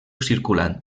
circulant